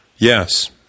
Yes